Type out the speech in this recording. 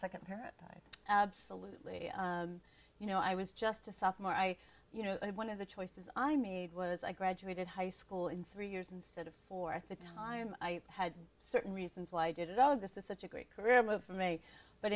a nd parent absolutely you know i was just a sophomore i you know one of the choices i made was i graduated high school in three years instead of four at the time i had certain reasons why i did all of this is such a great career move for me but